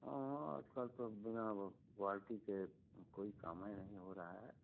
हाँ हाँ आज कल तो बिना ब क्वालटी के कोई काम ए नहीं हो रहा है